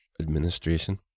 administration